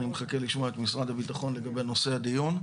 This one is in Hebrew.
אני מחכה לשמוע את משרד הביטחון לגבי נושא הדיון.